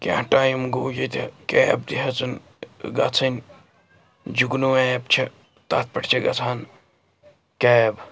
کینٛہہ ٹایِم گوٚو ییٚتہِ کیب تہِ ہٮ۪ژٕنۍ گژھٕنۍ جُگنوٗ ایپ چھِ تَتھ پٮ۪ٹھ چھِ گژھان کیب